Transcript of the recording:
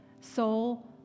soul